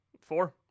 four